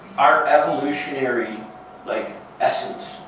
our evolutionary like essence,